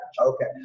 Okay